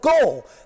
goal